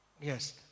Yes